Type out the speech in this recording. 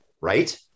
Right